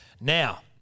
Now